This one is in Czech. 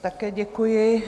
Také děkuji.